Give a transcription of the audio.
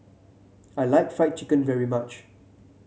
I like Fried Chicken very much